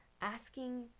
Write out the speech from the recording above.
asking